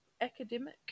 academic